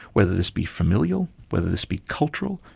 whether this be familial, whether this be cultural,